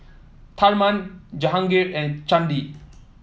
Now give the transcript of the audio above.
Tharman Jehangirr and Chandi